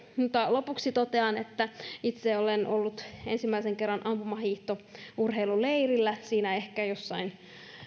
lopuksi totean että itse olen ollut ensimmäisen kerran ampumahiihtourheiluleirillä siinä ehkä jossain